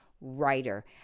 writer